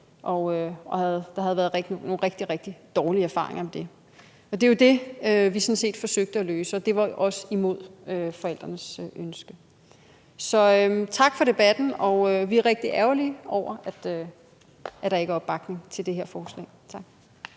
og der havde været nogle rigtig, rigtig dårlige erfaringer med det. Det er jo det, vi sådan set forsøgte at løse, og det skete også imod forældrenes ønske. Så tak for debatten. Vi er rigtig ærgerlige over, at der ikke er opbakning til det her forslag. Kl.